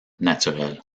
naturel